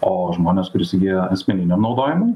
o žmonės kur įsigiję asmeniniam naudojimui